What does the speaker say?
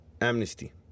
amnesty